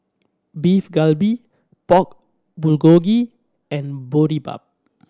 Beef Galbi Pork Bulgogi and Boribap